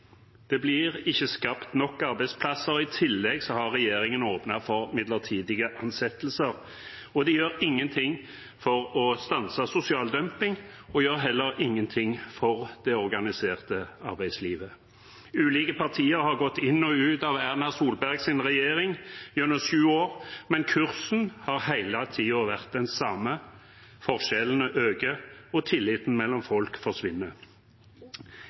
Det blir ikke skapt nok arbeidsplasser. I tillegg har regjeringen åpnet for midlertidige ansettelser, og de gjør ingenting for å stanse sosial dumping og gjør heller ingenting for det organiserte arbeidslivet. Ulike partier har gått inn og ut av Erna Solbergs regjering gjennom sju år, men kursen har hele tiden vært den samme: Forskjellene øker, og tilliten mellom folk forsvinner.